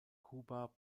kuba